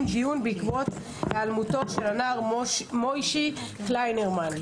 דיון בעקבות היעלמותו של הנער מויישי קליינרמן.